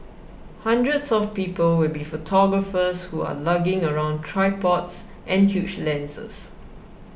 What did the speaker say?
hundreds of people will be photographers who are lugging around tripods and huge lenses